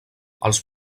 els